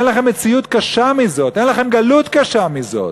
אין לכם מציאות קשה מזאת, אין לכם גלות קשה מזאת.